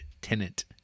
tenant